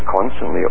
constantly